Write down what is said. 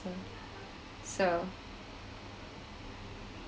so